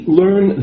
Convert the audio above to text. learn